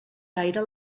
gaire